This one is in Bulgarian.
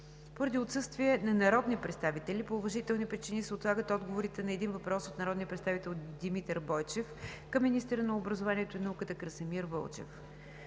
Поради отсъствие на народни представители по уважителни причини се отлагат отговорите на: - един въпрос от народния представител Димитър Бойчев към министъра на образованието и науката Красимир Вълчев;